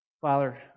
Father